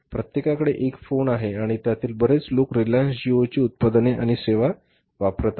प्रत्येकाकडे एक फोन आहे आणि त्यातील बरेच लोक रिलायन्स JIO ची उत्पादने आणि सेवा वापरत आहेत